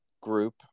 group